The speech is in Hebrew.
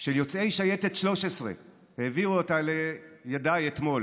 של יוצאי שייטת 13. העבירו אותה לידיי אתמול,